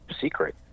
secret